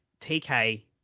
TK